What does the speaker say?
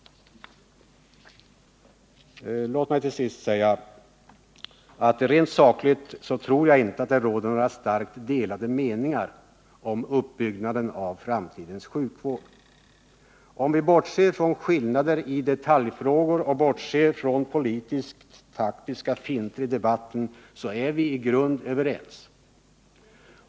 Låt mig till sist säga att det rent sakligt inte råder några starkt delade meningar om uppbyggnaden av framtidens sjukvård. Om vi bortser från skillnader i detaljfrågor och från politiskt taktiska finter i debatten, så är vi i grunden överens.